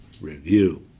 review